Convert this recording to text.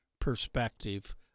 perspective